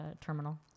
terminal